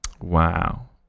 Wow